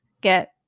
get